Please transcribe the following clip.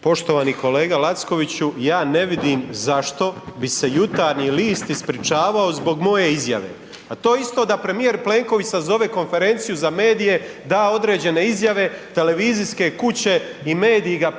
Poštovani kolega Lackoviću, ja ne vidim zašto bi se Jutarnji list ispričavao zbog moje izjave, pa to je isto da premijer Plenković sazove konferenciju za medije, da određene izjave, televizijske kuće i mediji ga